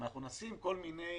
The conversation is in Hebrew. אם אנחנו נשים כל מיני